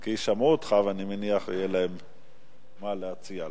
כי שמעו אותך, ואני מניח שיהיה להם מה להציע לנו.